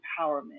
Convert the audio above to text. empowerment